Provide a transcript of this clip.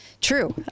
True